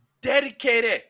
dedicated